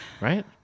Right